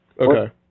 Okay